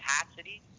capacity